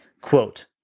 Quote